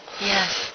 Yes